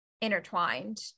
intertwined